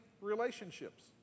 relationships